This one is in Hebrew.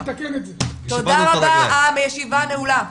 תודה רבה לכולם, הישיבה נעולה.